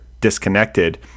disconnected